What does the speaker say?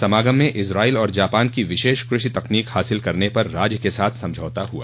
समागम में इजराइल और जापान की विशेष कृषि तकनीकि हासिल करने पर राज्य के साथ समझौता हुआ